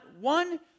one